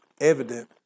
evident